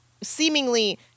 seemingly